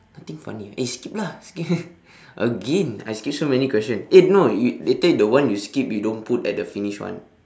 nothing funny eh skip lah skip again I skip so many question eh no you later the one you skip you don't put at the finish one